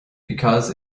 because